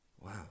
wow